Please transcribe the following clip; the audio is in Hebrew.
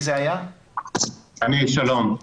כן, שלום.